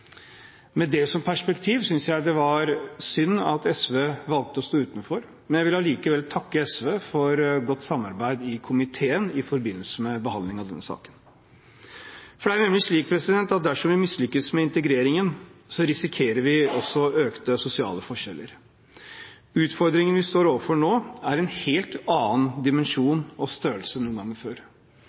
Med det som perspektiv synes jeg det var synd at SV valgte å stå utenfor, men jeg vil allikevel takke SV for et godt samarbeid i komiteen i forbindelse med behandlingen av denne saken. Det er nemlig slik at dersom vi mislykkes med integreringen, risikerer vi også økte sosiale forskjeller. Utfordringen vi står overfor nå, er av en helt annen dimensjon og størrelse enn noen gang før.